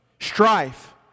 Strife